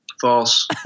False